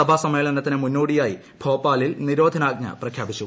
സഭാ സമ്മേളനത്തിന് മുന്നോടിയായി ഭോപ്പാലിൽ നിരോധനാജ്ഞ പ്രഖ്യാപിച്ചു